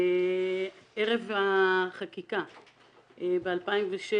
ערב החקיקה ב-2006